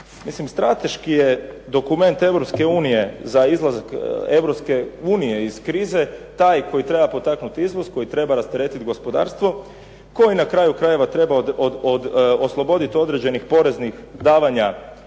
Mislim strateški je dokument Europske unije za izlazak Europske unije iz krize taj koji treba potaknuti izvoz, koji treba rasteretiti gospodarstvo, koji na kraju krajeva treba osloboditi određenih poreznih davanja